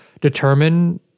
determine